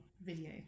video